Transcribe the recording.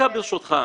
דקה ברשותך.